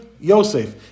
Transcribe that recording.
Yosef